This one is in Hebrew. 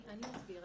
אני אזכיר.